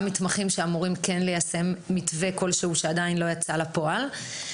מתמחים שאמורים ליישם מתווה כלשהו שעדיין לא יצא לפועל?